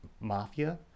mafia